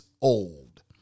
old